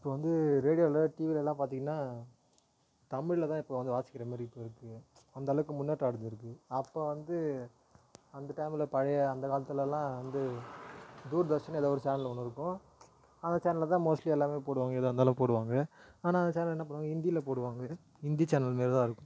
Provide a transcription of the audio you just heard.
இப்போ வந்து ரேடியோவில் டிவிலலாம் பார்த்தீங்கன்னா தமிழில் தான் இப்போ வந்து வாசிக்கின்ற மாரி இப்போ இருக்குது அந்த அளவுக்கு முன்னேற்றம் அடஞ்சு இருக்குது அப்போ வந்து அந்த டைமில் பழைய அந்த காலத்துலலாம் வந்து தூர்தர்ஷன்னு எதோ ஒரு சேனல் ஒன்று இருக்கும் அந்த சேனலில் தான் மோஸ்ட்லி எல்லாம் போடுவாங்க எதாக இருந்தாலும் போடுவாங்க ஆனால் அந்த சேனல் என்ன பண்ணுவாங்க ஹிந்தில போடுவாங்க ஹிந்தி சேனல் மாரி தான் இருக்கும்